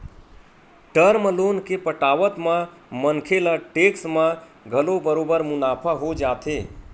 term loan के पटावत म मनखे ल टेक्स म घलो बरोबर मुनाफा हो जाथे